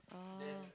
oh